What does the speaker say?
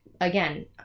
again